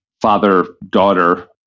father-daughter